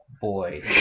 Boy